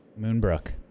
Moonbrook